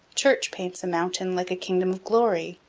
church paints a mountain like a kingdom of glory.